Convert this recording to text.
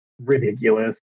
ridiculous